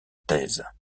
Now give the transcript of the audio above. thèse